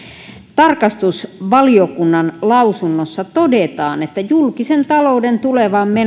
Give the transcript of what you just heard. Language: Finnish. tarkastusvaliokunnan lausunnossa todetaan että julkisen talouden tulevaan